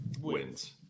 wins